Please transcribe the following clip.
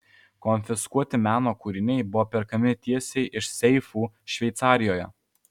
konfiskuoti meno kūriniai buvo perkami tiesiai iš seifų šveicarijoje